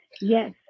yes